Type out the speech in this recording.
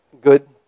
good